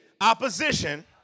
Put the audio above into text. opposition